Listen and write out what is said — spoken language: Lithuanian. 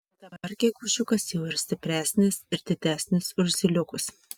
dabar gegužiukas jau ir stipresnis ir didesnis už zyliukus